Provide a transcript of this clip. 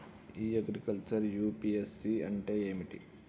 ఇ agriculture UPSC అంటే ఏమిటి?